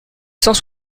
cent